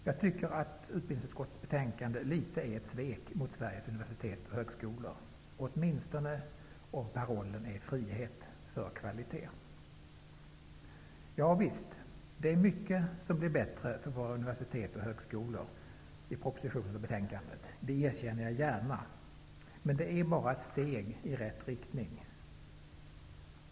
Jag tycker att utbildningsutskottets betänkande litet är ett svek mot Sveriges universitet och högskolor -- åtminstone om parollen är frihet för kvalitet. Javisst, det är mycket som blir bättre för våra universitet och högskolor i och med förslagen i propositionen och betänkandet, det erkänner jag gärna. Men det är bara ett steg i rätt riktning.